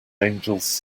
angels